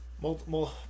multiple